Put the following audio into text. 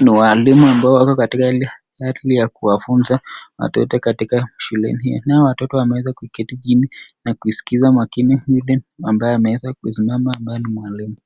ni walimu ambao wako katika ile hali ya kuwafunza watoto katika shuleni . Nao watoto wameweza kuketi chini na kuskiza makini yule ambaye ameweza kusimama ambaye ni mwalimu .